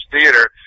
theater